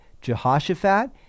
Jehoshaphat